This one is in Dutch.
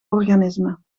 organismen